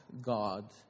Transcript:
God